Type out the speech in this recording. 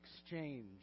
exchange